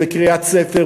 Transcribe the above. בקריית-ספר,